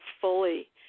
fully